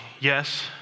yes